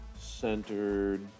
centered